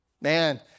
Man